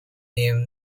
name